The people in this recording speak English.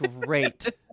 great